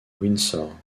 windsor